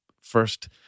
first